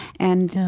and,